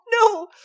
no